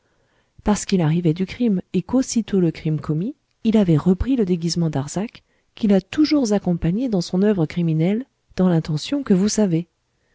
parce qu'il arrivait du crime et qu'aussitôt le crime commis il avait repris le déguisement darzac qui l'a toujours accompagné dans son œuvre criminelle dans l'intention que vous savez